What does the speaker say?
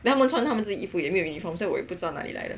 then 他们穿他们自己衣服也没有 uniform 所以我不知道他们从哪里来的